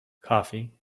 coffee